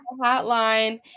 hotline